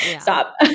stop